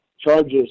charges